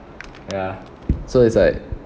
ya so it's like